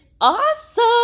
awesome